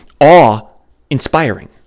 awe-inspiring